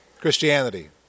Christianity